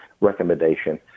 recommendation